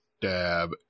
dab